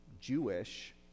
Jewish